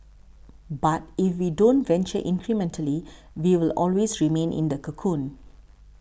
but if we don't venture incrementally we will always remain in the cocoon